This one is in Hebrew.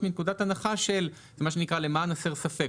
מנקודת הנחה של מה שנקרא למען הסר ספק.